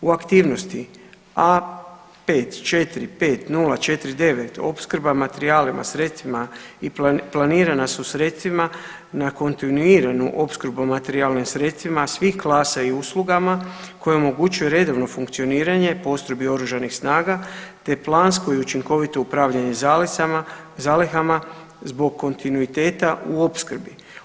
U aktivnosti A 545049 opskrba materijalima, sredstvima i planiran su sredstvima na kontinuiranu opskrbu materijalnim sredstvima svih klasa i uslugama kojima omogućuju redovno funkcioniranje postrojbi OS-a te planskoj i učinkovito upravljanje zalihama zbog kontinuiteta u opskrbi.